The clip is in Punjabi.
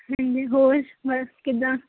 ਹਾਂਜੀ ਹੋਰ ਬਸ ਕਿੱਦਾਂ